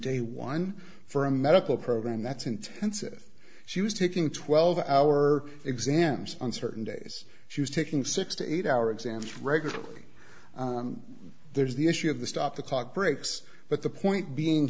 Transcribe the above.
day one for a medical program that's intensive she was taking twelve hour exams on certain days she was taking six to eight hour exams regularly there's the issue of the stop the clock breaks but the point being